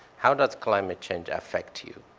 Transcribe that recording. how does climate change affect you?